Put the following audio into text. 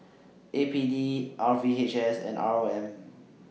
A P D R V H S and R O M